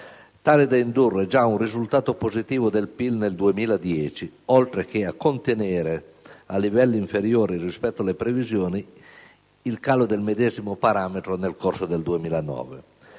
tale da indurre già a un risultato positivo del PIL nel 2010, oltre che a contenere, a livelli inferiori rispetto alle previsioni, il calo del medesimo parametro nell'anno in corso.